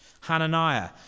Hananiah